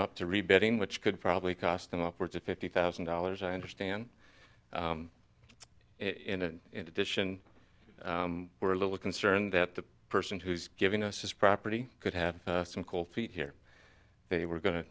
up to rebuilding which could probably cost them upwards of fifty thousand dollars i understand it in addition we're a little concerned that the person who's giving us his property could have some cold feet here they were going to